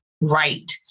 right